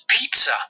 pizza